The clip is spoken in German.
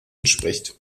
entspricht